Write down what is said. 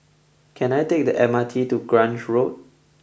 can I take the M R T to Grange Road